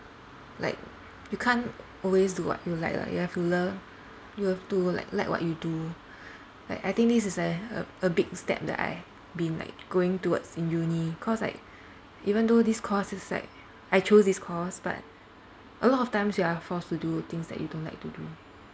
like you can't always do what you like lah you have to love you have to like like what you do like I think this is a a a big step that I been like going towards in uni cause like even though this course is like I chose this course but a lot of times you are forced to do things that you don't like to do